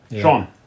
Sean